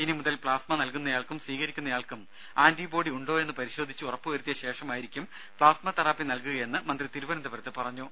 ഇനിമുതൽ പ്ലാസ്മ നൽകുന്നയാൾക്കും സ്വീകരിക്കുന്നയാൾക്കും ആന്റിബോഡി ഉണ്ടോയെന്ന് പരിശോധിച്ച് ഉറപ്പുവരുത്തിയ ശേഷമായിരിക്കും പ്പാസ്മ തെറാപ്പി നൽകുകയെന്ന് മന്ത്രി തിരുവനന്തപുരത്ത് പറഞ്ഞു